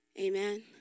Amen